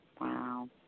Wow